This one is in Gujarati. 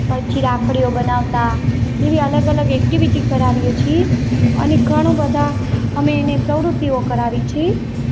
પછી રાખડીઓ બનાવતા એવી અલગ અલગ એક્ટિવિટી કરાવીએ છીએ અને ઘણું બધા અમે એને પ્રવૃત્તિઓ કરાવીએ છીએ